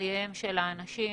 בחייהם של האנשים.